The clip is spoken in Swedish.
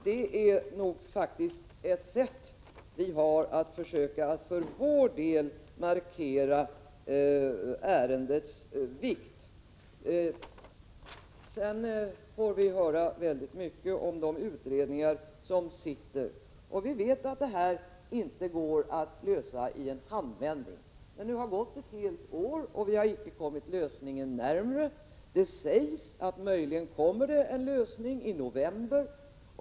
Det är faktiskt på det sättet som vi för vår del försöker markera ärendets vikt. Vidare sägs det väldigt mycket om sittande utredningar. Vi vet att frågan inte kan lösas i en handvändning. Men nu har det gått ett helt år, och vi har icke kommit närmare en lösning. Det sägs också att frågan möjligen kommer att kunna lösas i november.